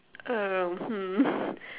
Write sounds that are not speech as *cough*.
um hmm *laughs*